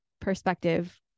perspective